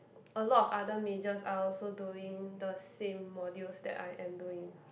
a lot of other majors are also doing the same modules that I am doing